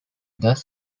thus